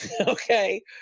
Okay